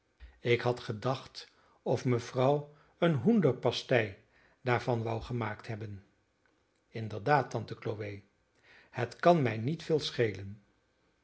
ik had gedacht of mevrouw een hoenderpastei daarvan wou gemaakt hebben inderdaad tante chloe het kan mij niet veel schelen